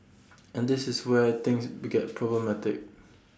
and this is where things to get problematic